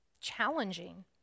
challenging